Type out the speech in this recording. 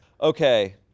Okay